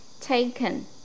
taken